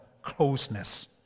closeness